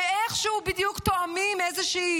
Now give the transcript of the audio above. שאיכשהו בדיוק תואמים איזושהי